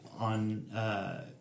on